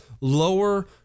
lower